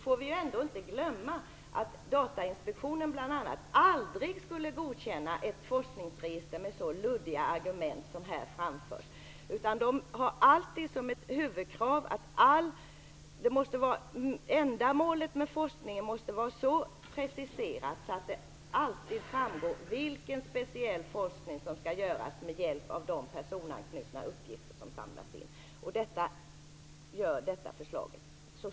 Men vi får ändå inte glömma att bl.a. Datainspektionen aldrig skulle godkänna ett forskningsregister med så luddiga argument som här framförts. Man har alltid som ett huvudkrav att ändamålet med forskningen måste vara så preciserat att det alltid framgår vilken speciell forskning som skall göras med hjälp av de personanknutna uppgifter som samlas in.